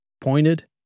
pointed